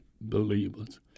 believers